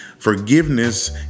Forgiveness